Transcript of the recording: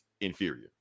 inferior